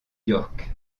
york